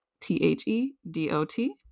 T-H-E-D-O-T